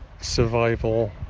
survival